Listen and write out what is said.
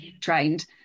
trained